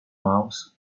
mouse